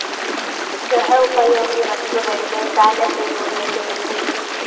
ಗೃಹ ಉಪಯೋಗಿ ವಸ್ತುಗಳಿಗೆ ಸಾಲ ಸಿಗುವುದೇ ತಿಳಿಸಿ?